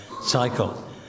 cycle